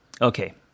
Okay